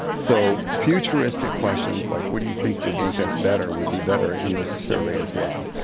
so futuristic questions like what do you think would make us better would be better in this survey as well.